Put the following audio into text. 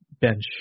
bench